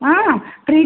ಹಾಂ ಪ್ರಿ